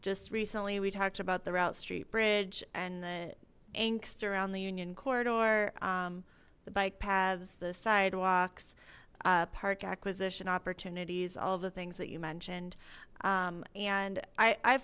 just recently we talked about the route street bridge and the angst around the union corridor the bike paths the sidewalks park acquisition opportunities all the things that you mentioned and i i